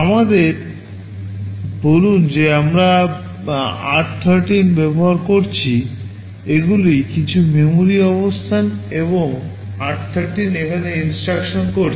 আমাদের বলুন যে আমরা r13 ব্যবহার করছি এগুলি কিছু মেমরি অবস্থান এবং r13 এখানে INSTRUCTION করছে